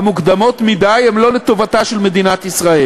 המוקדמות מדי, הן לא לטובתה של מדינת ישראל,